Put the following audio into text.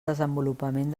desenvolupament